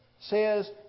says